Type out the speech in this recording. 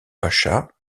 pacha